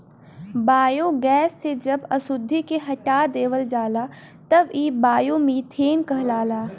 biogas से जब अशुद्धि के हटा देवल जाला तब इ बायोमीथेन कहलाला